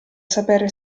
sapere